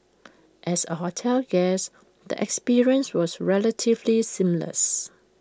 as A hotel guest the experience was relatively seamless